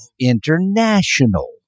international